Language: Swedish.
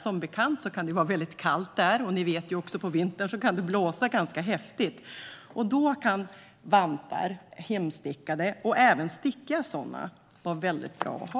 Som bekant kan det vara väldigt kallt där. Ni vet också att det på vintern kan blåsa ganska häftigt. Då kan hemstickade vantar, även stickiga sådana, vara väldigt bra att ha.